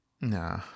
Nah